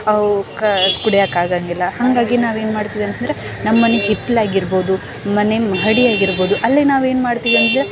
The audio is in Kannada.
ಅವಕ್ಕೆ ಕುಡಿಯೋಕೆ ಆಗಂಗಿಲ್ಲ ಹಾಗಾಗಿ ನಾವೇನು ಮಾಡ್ತೀವಿ ಅಂತ ಅಂದ್ರೆ ನಮ್ಮ ಮನೆ ಹಿತ್ತಲಾಗಿರ್ಬೋದು ಮನೆ ಮಹಡಿಯಾಗಿರ್ಬೋದು ಅಲ್ಲಿ ನಾವೇನು ಮಾಡ್ತೀವಿ ಅಂದರೆ